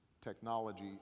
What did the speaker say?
technology